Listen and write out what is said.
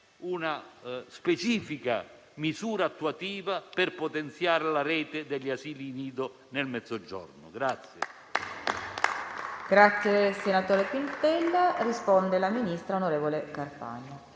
una specifica misura attuativa per potenziare la rete degli asili nido nel Mezzogiorno.